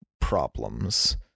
problems